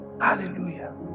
Hallelujah